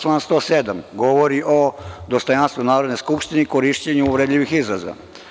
Član 107. govori o dostojanstvu Narodne skupštine i korišćenju uvredljivih izraza.